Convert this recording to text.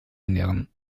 ernähren